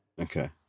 Okay